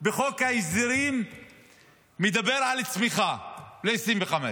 בחוק ההסדרים מדבר על צמיחה ב-2025.